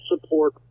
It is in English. support